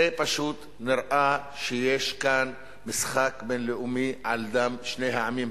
פשוט נראה שיש כאן משחק בין-לאומי על דם שני העמים.